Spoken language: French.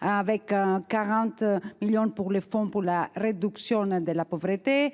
avec 40 millions d'euros consacrés à la FRPC et